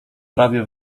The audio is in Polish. trawie